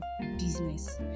business